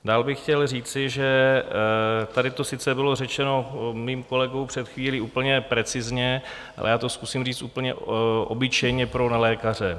Dále bych chtěl říci, že tady to sice bylo řečeno mým kolegou před chvílí úplně precizně, ale já to zkusím říct úplně obyčejně pro nelékaře.